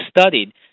studied